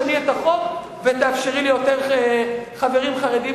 שני את החוק ותאפשרי ליותר חברים חרדים